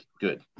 good